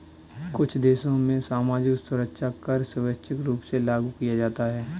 कुछ देशों में सामाजिक सुरक्षा कर स्वैच्छिक रूप से लागू किया जाता है